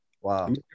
Wow